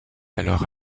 alors